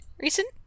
Recent